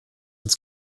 uns